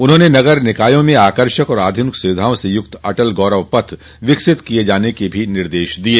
उन्होंने नगर निकायों में आकर्षक और आध्निक सुविधाओं से युक्त अटल गौरव पथ विकसित किये जाने के भी निर्देश दिये